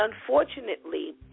unfortunately